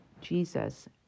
Jesus